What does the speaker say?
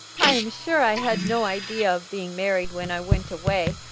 i am sure i had no idea of being married when i went away,